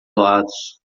lados